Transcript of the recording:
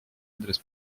адрес